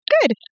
good